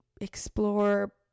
explore